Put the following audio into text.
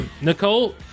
Nicole